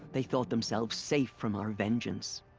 they thought themselves safe from our vengeance.